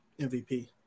MVP